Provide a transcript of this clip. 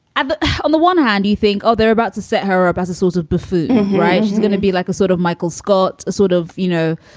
but on the one hand, you think, oh, they're about to set her up as a sort of buffoon she's gonna be like a sort of michael scott, a sort of. you know,